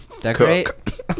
Decorate